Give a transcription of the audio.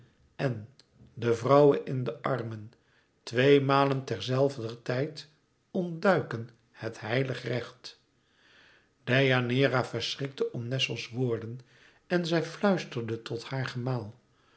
en de vrouwe in de armen twee malen ter zelfder tijd ontduiken het heilig recht deianeira verschrikte om nessos woorden en zij fluisterde tot haar